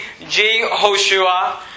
Jehoshua